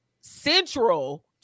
central